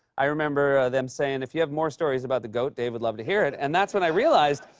i remember them saying, if you have more stories about the goat, dave would love to hear it. and that's when i realized,